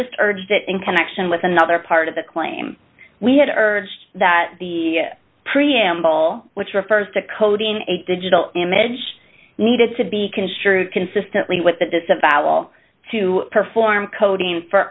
just urged it in connection with another part of the claim we had urged that the preamble which refers to coding a digital image needed to be construed consistently with the disavowal to perform coding for